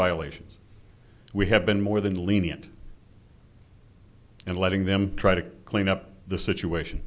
violations we have been more than lenient and letting them try to clean up the situation